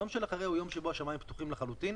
יום שאחרי זה יום שבו השמים פתוחים לחלוטין